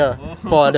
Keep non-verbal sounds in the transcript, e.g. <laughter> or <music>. oh <laughs>